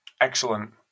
Excellent